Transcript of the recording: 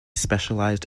specialised